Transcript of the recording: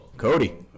Cody